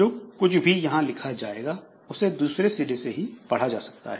जो कुछ भी यहां लिखा जाएगा उसे दूसरे सिरे से ही पढ़ा जा सकता है